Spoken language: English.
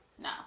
No